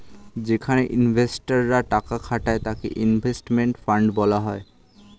যেখানে ইনভেস্টর রা টাকা খাটায় তাকে ইনভেস্টমেন্ট ফান্ড বলা হয়